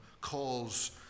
calls